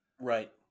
Right